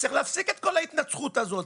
צריך להפסיק את כל ההתנצחות הזאתי,